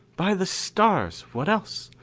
by the stars, what else?